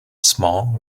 small